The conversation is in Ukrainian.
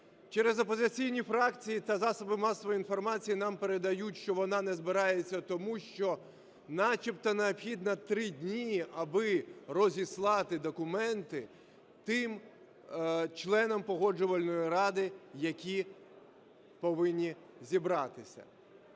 Через опозиційні фракції та засоби масової інформації нам передають, що вона не збирається тому, що начебто необхідно три дні, аби розіслати документи тим членам Погоджувальної ради, які повинні зібратися.